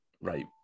right